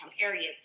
areas